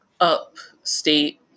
upstate